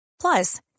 Plus